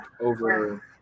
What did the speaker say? over